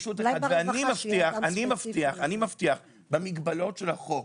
אני מבטיח לשתף פעולה, במגבלות של החוק,